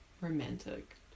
romantic